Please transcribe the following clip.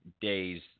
days